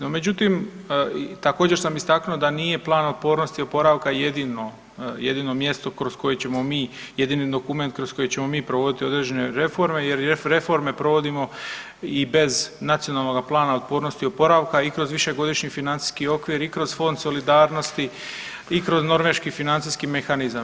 No međutim, također sam istaknuo da nije Plan otpornosti oporavka jedino mjesto kroz koje ćemo mi, jedini dokument kroz koji ćemo mi provoditi određene reforme, jer reforme provodimo i bez Nacionalnoga plana otpornosti oporavka i kroz višegodišnji financijski okvir i kroz Fond solidarnosti i kroz Norveški financijski mehanizam.